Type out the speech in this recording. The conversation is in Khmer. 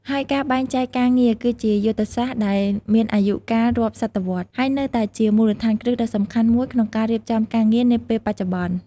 ហើយការបែងចែកការងារគឺជាយុទ្ធសាស្ត្រដែលមានអាយុកាលរាប់សតវត្សរ៍ ហើយនៅតែជាមូលដ្ឋានគ្រឹះដ៏សំខាន់មួយក្នុងការរៀបចំការងារនាពេលបច្ចុប្បន្ន។